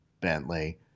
Bentley